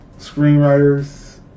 screenwriters